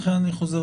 לכן אני חוזר